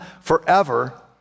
forever